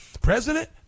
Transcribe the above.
president